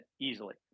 easily